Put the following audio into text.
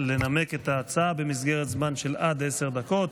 לנמק את ההצעה במסגרת זמן של עד עשר דקות.